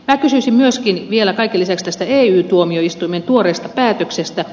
kysyisin myöskin vielä kaiken lisäksi ey tuomioistuimen tuoreesta päätöksestä